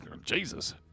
Jesus